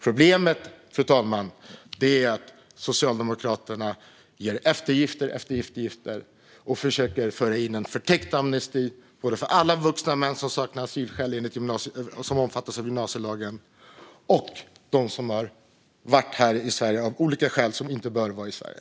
Problemet, fru talman, är att Socialdemokraterna gör eftergift efter eftergift och försöker föra in en förtäckt amnesti både för alla vuxna män som saknar asylskäl men som omfattas av gymnasielagen och för dem som är här i Sverige men av olika skäl inte bör vara i Sverige.